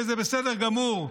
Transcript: וזה בסדר גמור,